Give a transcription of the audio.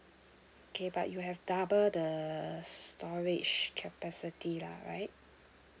okay but you have double the storage capacity lah right